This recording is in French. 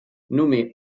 nommé